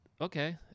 okay